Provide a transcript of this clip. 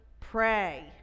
pray